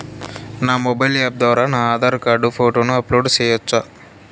నా mobile app ద్వారా నా ఆధార్ కార్డు ఫోటోను అప్లోడ్ సేయొచ్చా?